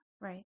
Right